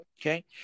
okay